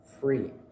free